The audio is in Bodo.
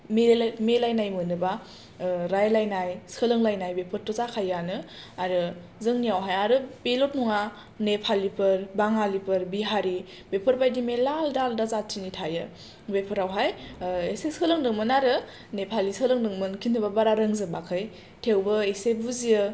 मालायलाय मिलायनाय मोनोबा रायलायनाय सोलोंलायनाय बेफोरथ' जाखायोआनो आरो जोंनियावहाय आरो बेल' नङा नेफालिफोर बाङालिफोर बिहारि बेफोरबादि मेरला आलादा आलादा जाटिनि थायो बेफोरावहाय एसे सोलोंदोंमोन आरो नेपालि सोलोंदोंमोन किनटुबा बारा रोंजोबाखै टेवबो एसे बुजियो